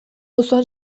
auzoan